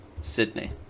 Sydney